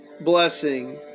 blessing